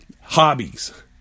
hobbies